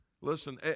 Listen